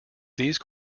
these